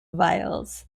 vials